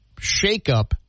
shakeup